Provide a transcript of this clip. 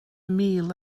mil